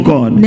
God